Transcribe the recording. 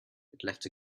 left